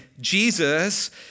Jesus